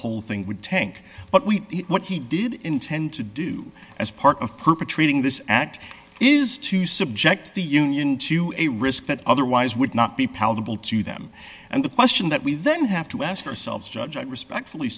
whole thing would tank but we what he did intend to do as part of perpetrating this act is to subject the union to a risk that otherwise would not be palatable to them and the question that we then have to ask ourselves judge i respectfully